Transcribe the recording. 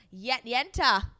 Yenta